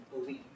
believe